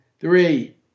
Three